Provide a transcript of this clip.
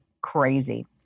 crazy